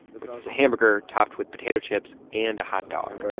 which is a hamburger topped with potato chips and hotdog i